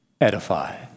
Edify